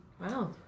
Wow